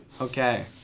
Okay